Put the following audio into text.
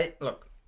look